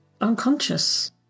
unconscious